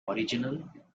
original